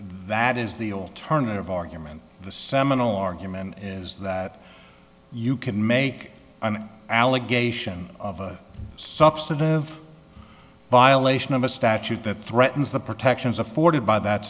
that is the alternative argument the seminal argument is that you can make an allegation of substantive violation of a statute that threatens the protections afforded by that